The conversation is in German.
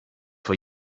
vor